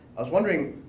i was wondering,